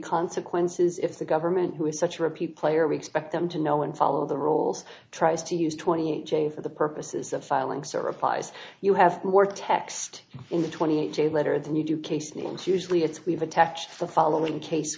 consequences if the government who is such a repeat player we expect them to know and follow the rules tries to use twenty eight j for the purposes of filing so replies you have more text in the twenty eight day letter than you do case and usually it's we've attached the following in case